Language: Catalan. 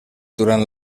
durant